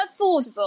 Affordable